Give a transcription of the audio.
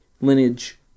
lineage